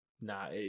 nah